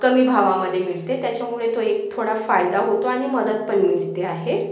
कमी भावामध्ये मिळते त्याच्यामुळे तो एक थोडा फायदा होतो आणि मदत पण मिळते आहे